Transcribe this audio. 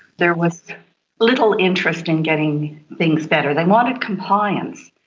there was little interest in getting things better. they wanted compliance,